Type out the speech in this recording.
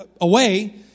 away